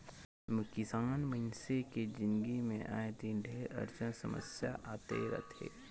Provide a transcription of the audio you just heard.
किसान मइनसे के जिनगी मे आए दिन ढेरे अड़चन समियसा आते रथे